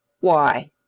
Why